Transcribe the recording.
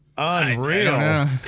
Unreal